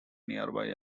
nearby